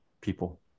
people